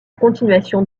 continuation